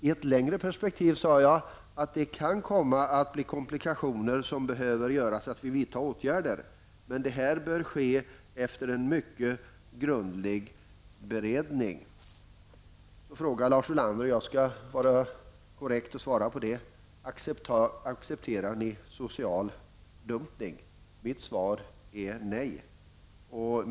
I ett längre perspektiv kan det bli komplikationer, som jag tidigare sade, som kan leda till att vi behöver vidta åtgärder. Men det bör ske efter en mycket grundlig beredning. Lars Ulander ställde en fråga, och jag skall vara korrekt och svara på den; Accepterar ni social dumpning? Mitt svar är nej.